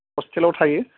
हस्टेलाव थायो